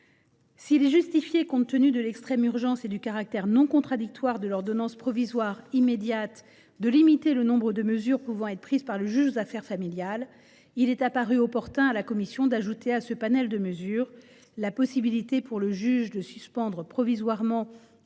S’il est justifié, compte tenu de l’extrême urgence et du caractère non contradictoire de l’ordonnance provisoire de protection immédiate, de limiter le nombre de mesures pouvant être prises par le juge aux affaires familiales, il est apparu opportun à la commission d’ajouter à ce panel la possibilité pour le juge de suspendre provisoirement,